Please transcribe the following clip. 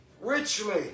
Richly